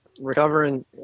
recovering